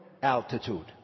altitude